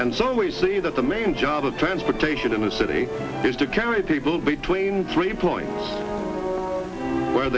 and so we see that the main job of transportation in the city is to carry people between three points where